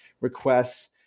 requests